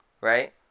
right